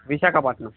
Visakhapatnam